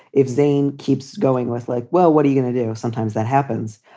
if zane keeps going with like, well, what are you gonna do? sometimes that happens.